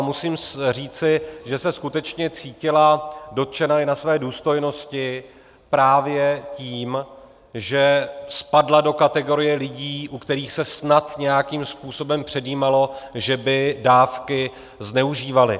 A musím říci, že se skutečně cítila dotčena i ve své důstojnosti právě tím, že spadla do kategorie lidí, u kterých se snad nějakým způsobem předjímalo, že by dávky zneužívali.